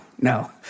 no